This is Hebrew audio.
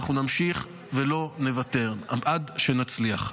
ואנחנו נמשיך ולא נוותר עד שנצליח.